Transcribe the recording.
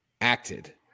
acted